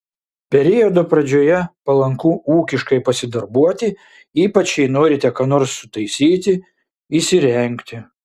periodo pradžioje palanku ūkiškai pasidarbuoti ypač jei norite ką nors sutaisyti įsirengti